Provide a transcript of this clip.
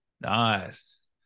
Nice